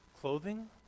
clothing